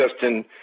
Justin